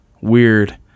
Weird